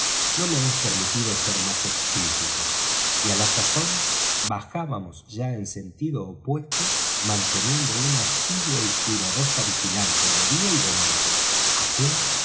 no me es permitido ser más explícito y á la sazón bajábamos ya en sentido opuesto manteniendo una asidua y cuidadosa vigilancia de día y de noche aquél